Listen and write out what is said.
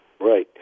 Right